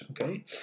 okay